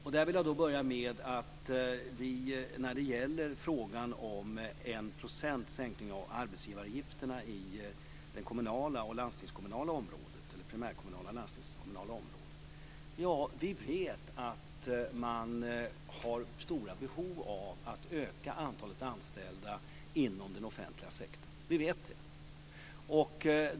Jag vill börja med att säga vi när det gäller frågan om 1 % sänkning av arbetsgivaravgifterna på det primärkommunala och landstingskommunala området vet att man har stora behov av att öka antalet anställda inom den offentliga sektorn. Vi vet det.